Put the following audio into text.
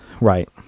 right